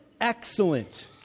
excellent